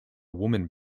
woman